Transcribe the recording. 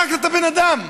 הרגת את הבן אדם.